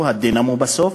הוא הדינמו בסוף,